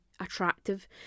attractive